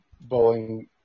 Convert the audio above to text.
bowling